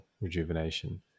rejuvenation